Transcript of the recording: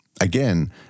again